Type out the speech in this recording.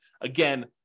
Again